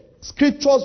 Scriptures